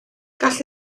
gall